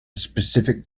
specific